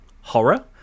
horror